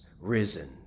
risen